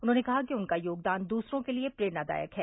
उन्होंने कहा कि उनका योगदान द्रसरों के लिए प्रेरणादायक है